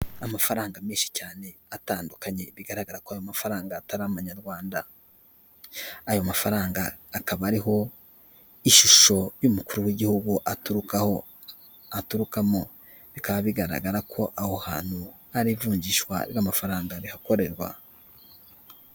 Amafaranga menshi cyane atandukanye bigaragara ko ayo mafaranga atari amanyarwanda ,ayo mafaranga akaba ariho ishusho y'umukuru w'igihugu aturukaho aturukamo, bikaba bigaragara ko aho hantu hari ivunjishwa ry'amafaranga rihakorerwa.